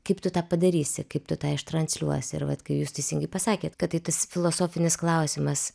kaip tu tą padarysi kaip tu tą ištransliuosi ir vat kai jūs teisingai pasakėt kad tai tas filosofinis klausimas